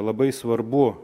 labai svarbu